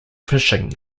fishing